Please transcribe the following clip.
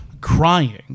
crying